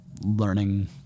Learning